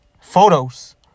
photos